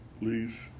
please